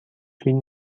فیلم